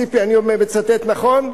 ציפי, אני מצטט נכון?